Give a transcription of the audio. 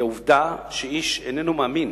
היא העובדה שאיש אינו מאמין